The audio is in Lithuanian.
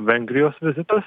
vengrijos vizitas